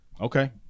Okay